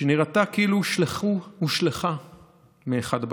שנראתה כאילו הושלכה מאחד הבתים.